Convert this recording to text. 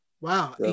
Wow